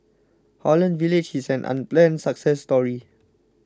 Holland Village is an unplanned success story